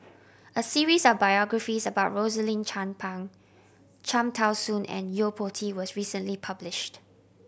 a series of biographies about Rosaline Chan Pang Cham Tao Soon and Yo Po Tee was recently published